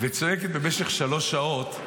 וצועקת במשך שלוש שעות,